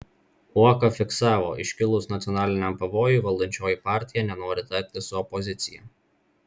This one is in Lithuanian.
uoka fiksavo iškilus nacionaliniam pavojui valdančioji partija nenori tartis su opozicija